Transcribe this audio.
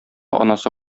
анасы